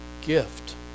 gift